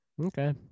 Okay